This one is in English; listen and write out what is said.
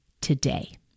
today